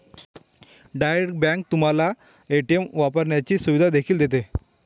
direct bank तुम्हाला ATM वापरण्याची सुविधा देखील देते